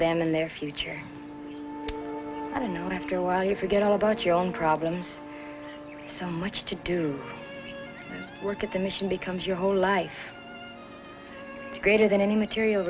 them and their future i don't know after a while you forget all about your own problems so much to do work at the mission becomes your whole life greater than any material